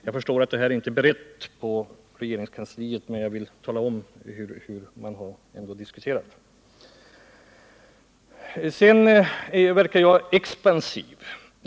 — Jag förstår att detta ännu inte är berett på regeringskansliet, men jag vill ändå tala om hur vi har resonerat i den här frågan. Rolf Wirtén tycker att jag verkar expansiv.